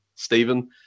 Stephen